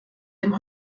dem